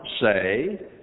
say